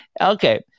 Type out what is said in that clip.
okay